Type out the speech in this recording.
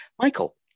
Michael